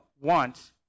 want